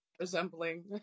Resembling